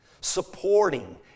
Supporting